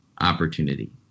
opportunity